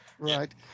Right